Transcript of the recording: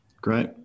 Great